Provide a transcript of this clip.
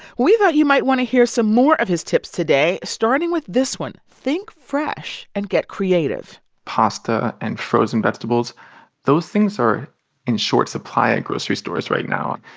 we thought you might want to hear some more of his tips today, starting with this one think fresh and get creative pasta and frozen vegetables those things are in short supply at grocery stores right now,